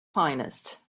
finest